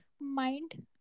mind